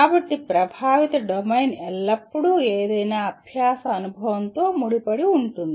కాబట్టి ప్రభావిత డొమైన్ ఎల్లప్పుడూ ఏదైనా అభ్యాస అనుభవంతో ముడిపడి ఉంటుంది